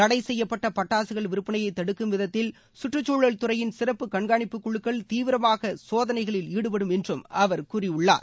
கடை கெய்யப்பட்ட பட்டாக்கள் விற்பனையை தடுக்கும் விதத்தில் கற்றுக்குழல் துறையின் சிறப்பு கண்காணிப்புக்குழுக்கள் தீவிரமாக சோதனைகளில் ஈடுபடும் என்று அவர் கூறியுள்ளார்